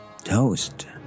Toast